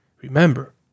Remember